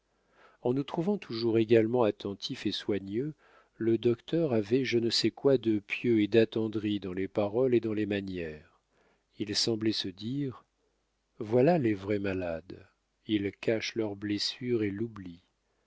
en nous trouvant toujours également attentifs et soigneux le docteur avait je ne sais quoi de pieux et d'attendri dans les paroles et dans les manières il semblait se dire voilà les vrais malades ils cachent leur blessure et l'oublient